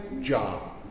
job